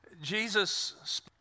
Jesus